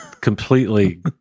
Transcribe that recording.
completely